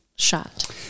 shot